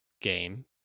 game